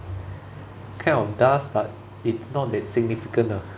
kind of does but it's not that significant ah